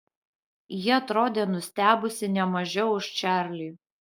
ji atrodė nustebusi ne mažiau už čarlį